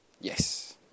Yes